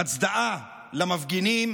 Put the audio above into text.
בהצדעה למפגינים